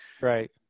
Right